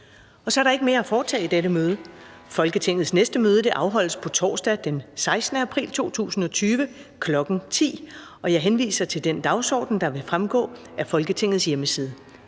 Der er ikke mere at foretage i dette møde. Folketingets næste møde afholdes på torsdag den 16. april 2020, kl. 10.00. Jeg henviser til den dagsorden, der vil fremgå af Folketingets hjemmeside.